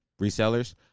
Resellers